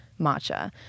matcha